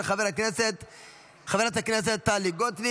של חבר הכנסת עודד פורר וקבוצת חברי הכנסת אושרה בקריאה